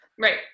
Right